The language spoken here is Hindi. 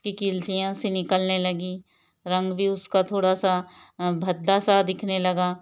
इसकी निकलने लगी रंग भी उसका थोड़ा सा भद्दा सा दिखने लगा